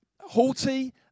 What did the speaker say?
haughty